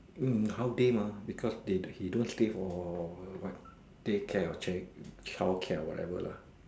mm half day mah because they he don't stay for what daycare or chil~ childcare or whatever lah